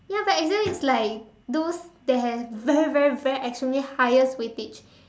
ya but exam is like those that have very very very extremely highest weightage